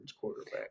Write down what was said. quarterback